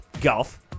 Golf